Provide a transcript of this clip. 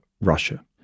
Russia